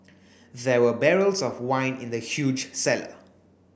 there were barrels of wine in the huge cellar